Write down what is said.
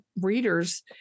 readers